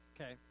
Okay